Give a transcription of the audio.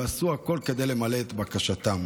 ועשו הכול כדי למלא את בקשתן.